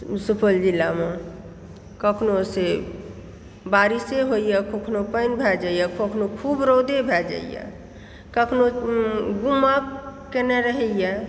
सुपौल जिलामे कखनोसे बारिशे होइए कखनो पानि भए जाइए कखनो खूब रौदे भए जाइयऽ कखनो गुमा कयने रहयए